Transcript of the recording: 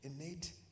innate